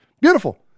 Beautiful